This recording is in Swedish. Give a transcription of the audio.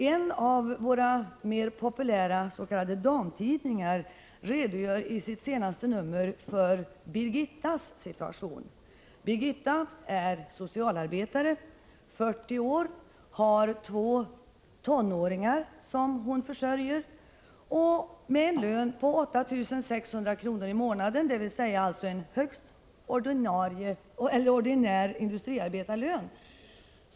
En av våra mer populära s.k. damtidningar redogör i sitt senaste nummer för Birgittas situation. Birgitta är socialarbetare, 40 år, och har två tonåringar som hon försörjer. Hennes lön är 8 600 kr. i månaden, dvs. vad som motsvarar en högst ordinär industriarbetarlön.